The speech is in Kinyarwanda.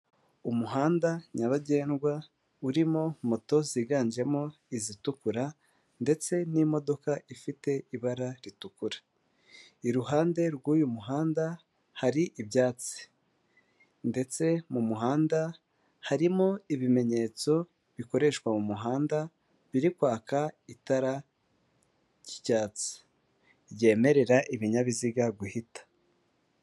Umuhanda nyabagendwa urimo moto ziganjemo izitukura ndetse n'imodoka ifite ibara ritukura, iruhande rw'uyu muhanda hari ibyatsi ndetse mu muhanda harimo ibimenyetso bikoreshwa mu muhanda, biri kwaka itara ry'icyatsi, ryemerera ibinyabiziga guhita.